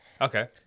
Okay